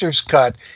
cut